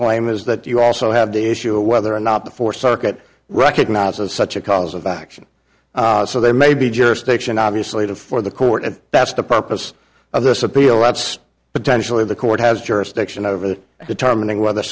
claim is that you also have the issue of whether or not the four circuit recognizes such a cause of action so there may be jurisdiction obviously before the court and that's the purpose of this appeal that's potentially the court has jurisdiction over determining whether